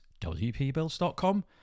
wpbuilds.com